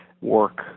work